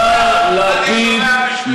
מר לפיד,